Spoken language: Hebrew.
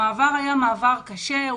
המעבר היה מעבר קשה,